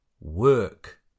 work